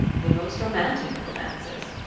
the most romantic of romances!